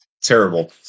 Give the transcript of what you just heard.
Terrible